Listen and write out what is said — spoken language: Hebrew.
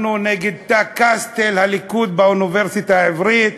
אנחנו נגד תא "קסטל", הליכוד, באוניברסיטה העברית.